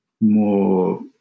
more